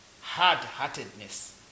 hard-heartedness